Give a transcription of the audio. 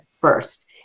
first